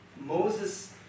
Moses